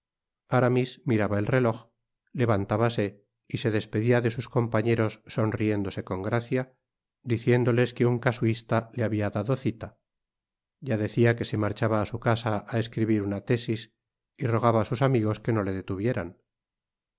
aramis miraba el reloj levantábase y se despedia de sus compañeros sonriéndose con gracia diciéndoles que un casuista le habia dado cita ya decia que se marchaba á su casa á escribir una tésis y rogaba á sus amigos que no le detuvieran